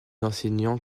enseignants